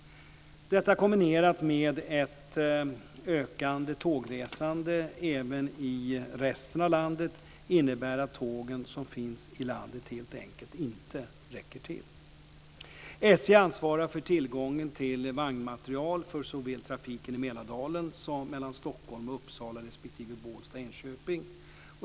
Detta kombinerat med ett ökande tågresande även i resten av landet innebär att tågen som finns i landet helt enkelt inte räcker till. SJ ansvarar för tillgången till vagnmaterial för trafiken såväl i Mälardalen som mellan Stockholm och Uppsala respektive Bålsta/Enköping.